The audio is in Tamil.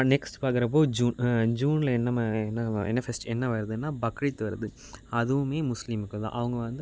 நெக்ஸ்ட்டு பார்க்குறப்போ ஜூன் ஜூனில் என்ன என்ன என்ன ஃபெஸ்ட் என்ன வருதுன்னா பக்ரீத்து வருது அதுவுமே முஸ்லீமுக்கு தான் அவங்க வந்து